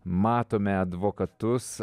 matome advokatus